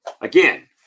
Again